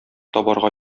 табарга